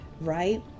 right